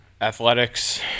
athletics